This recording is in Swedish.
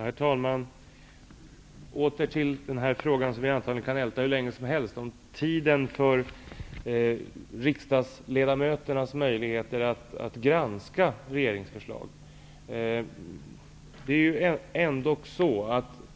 Herr talman! Vi kan tydligen hur länge som helst älta frågan om riksdagsledamöternas möjligheter att granska regeringsförslag.